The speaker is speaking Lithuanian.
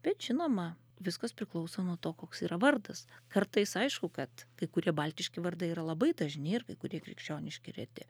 bet žinoma viskas priklauso nuo to koks yra vardas kartais aišku kad kai kurie baltiški vardai yra labai dažni ir kai kurie krikščioniški reti